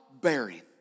bearing